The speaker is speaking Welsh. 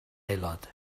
aelod